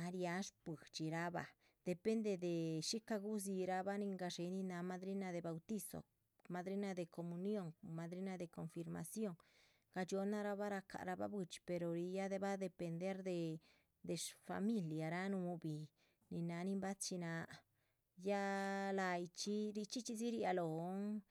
ah riáha shpuidxi rahbah depende de shícah gudzírabah nin náha gadxé madrina de bautizo, madrina de comunión, madrina de confirmación,. gadxiohnarabah racahrabah buidxi pero ríh a va depender de shfamilia núhubih nin náha nin bachináha ya la´yihchxí richxí chxídzi ria lóhon.